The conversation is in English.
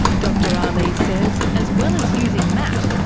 dr ah aly says as well as using matt,